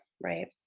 right